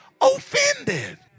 offended